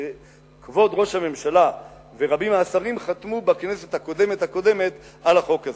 וכבוד ראש הממשלה ורבים מהשרים חתמו בכנסת הקודמת-הקודמת על החוק הזה.